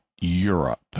Europe